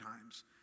times